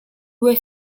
due